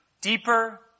deeper